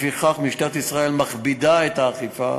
לפיכך משטרת ישראל מכבידה את האכיפה